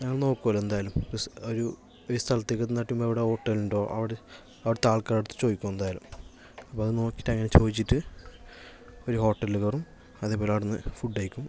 നമ്മള് നോക്കുമല്ലൊ എന്തായാലും ഒരു സ്ഥലത്തേക്ക് എത്തുന്നേക്കും മുമ്പേ ഹോട്ടലുണ്ടോ അവ അവിടുത്തെ ആൾക്കാരുടെ അടുത്ത് ചോദിക്കും എന്തായാലും അപ്പോൾ അത് നോക്കിയിട്ട് അങ്ങനെ ചോദിച്ചിട്ട് ഒരു ഹോട്ടലില് കയറും അതേപോലെ അവിടുന്ന് ഫുഡ് കഴിക്കും